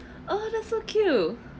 oh that's so cute